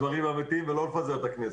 בדברים אמיתיים ולא לפזר את הכנסת.